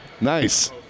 Nice